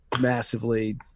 massively